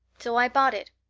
so i bought it,